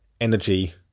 energy